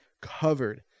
covered